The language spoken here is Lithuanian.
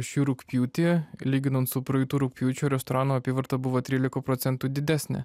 šį rugpjūtį lyginant su praeitu rugpjūčiu restoranų apyvarta buvo trylika procentų didesnė